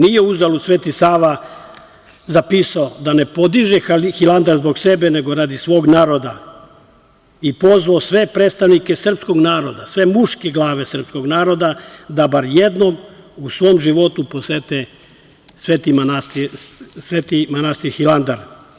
Nije uzalud Sveti Sava zapisao da ne podiže Hilandar zbog sebe, nego radi svog naroda i pozvao sve predstavnike srpskog naroda, sve muške glave srpskog naroda, da bar jednom u svom životu posete Sveti manastir Hilandar.